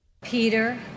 Peter